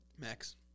Max